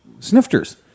snifters